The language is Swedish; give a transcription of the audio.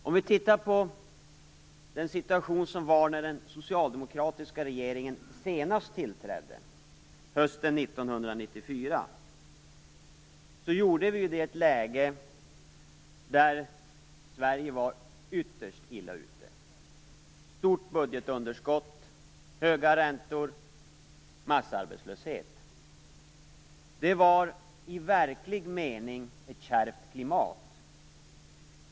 Om vi tittar på den situation som rådde när den socialdemokratiska regeringen senast tillträdde, hösten 1994, kan vi se att det var ett läge där Sverige var ytterst illa ute. Det fanns ett stort budgetunderskott, höga räntor och massarbetslöshet. Det var i verklig mening ett kärvt klimat.